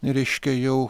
reiškia jau